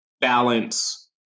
balance